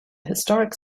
historic